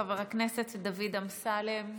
חבר הכנסת דוד אמסלם,